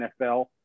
NFL